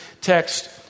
text